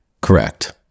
Correct